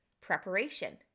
preparation